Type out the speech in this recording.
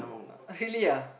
uh oh really ah